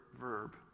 verb